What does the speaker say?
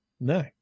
No